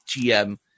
GM